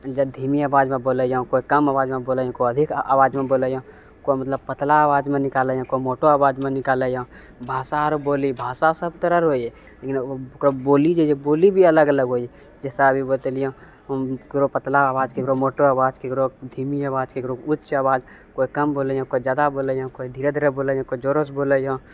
जऽ धीमी आवाजमे बोलैयोँ कोइ कम आवाजमे बोलैयोँ कोइ अधिक आवाजमे बोलैयोँ कोइ मतलब पतला आवाजमे निकालैयोँ कोइ मोटो आवाजमे निकालैयोँ भाषा आ बोली भाषा सभतरह रहैए लेकिन ओकर बोली जे यए बोली भी अलग अलग होइए जैसे अभी बतेलियँ ककरो पतला आवाज ककरो मोटो आवाज ककरो धीमी आवाज ककरो ऊँच आवाज कोइ कम बोलैयँ कोइ ज्यादा बोलैयँ कोइ धीरे धीरे बोलैयँ कोइ जोरोसँ बोलैयँ